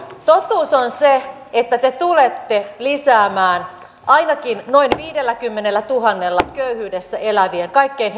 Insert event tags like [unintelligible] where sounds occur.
totuus on se että te tulette lisäämään ainakin noin viidelläkymmenellätuhannella köyhyydessä elävien kaikkein [unintelligible]